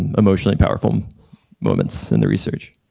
emotionally powerful moments in the research.